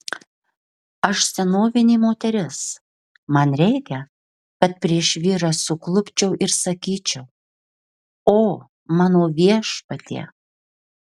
aš senovinė moteris man reikia kad prieš vyrą suklupčiau ir sakyčiau o mano viešpatie